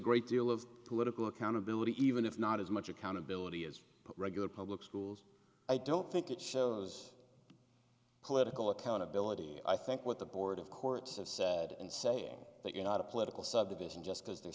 great deal of political accountability even if not as much accountability as regular public schools i don't think it shows political accountability i think what the board of courts have sad and saying that you're not a political subdivision just because the